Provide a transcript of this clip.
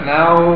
now